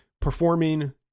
performing